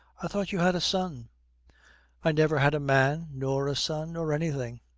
i thought you had a son i never had a man nor a son nor anything.